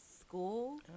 school